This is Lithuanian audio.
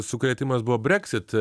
sukrėtimas buvo breksit